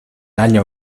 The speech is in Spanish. año